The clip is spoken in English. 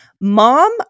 Mom